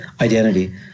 identity